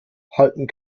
halten